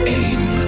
aim